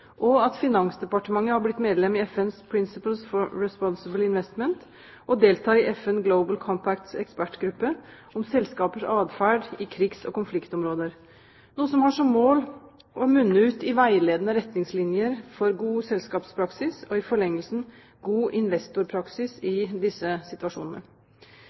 Finansdepartementet har blitt medlem i FNs Principles for Responsible Investment Finansdepartementet deltar i FNs Global Compacts ekspertgruppe om selskapers adferd i krigs- og konfliktområder, noe som har som mål å munne ut i veiledende retningslinjer for god selskapspraksis og i forlengelsen en god investorpraksis i disse situasjonene.